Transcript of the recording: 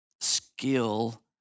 skill